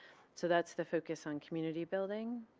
so that's the focus on community building.